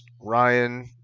ryan